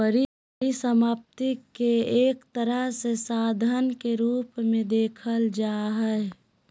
परिसम्पत्ति के एक तरह से साधन के रूप मे देखल जा हय